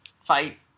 fight